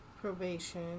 probation